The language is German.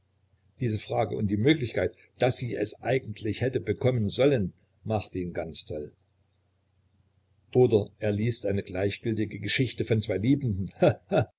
diese frage und die möglichkeit daß sie es eigentlich hätte bekommen sollen macht ihn ganz toll oder er liest eine gleichgültige geschichte von zwei liebenden